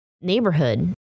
neighborhood